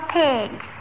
pigs